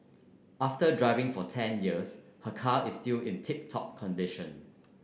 after driving for ten years her car is still in tip top condition